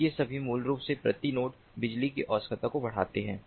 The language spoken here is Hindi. तो ये सभी मूल रूप से प्रति नोड बिजली की आवश्यकता को बढ़ाते हैं